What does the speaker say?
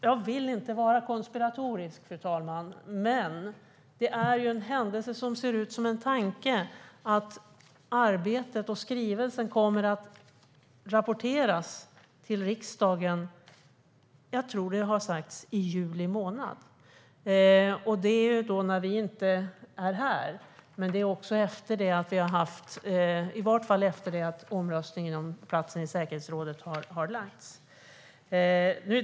Jag vill vi inte vara konspiratorisk, men det är en händelse som ser ut som en tanke att arbetet och skrivelsen kommer att rapporteras till riksdagen i juli månad, som jag tror att det har sagts. Då är riksdagen inte samlad, men det är också efter omröstningen om en plats i säkerhetsrådet.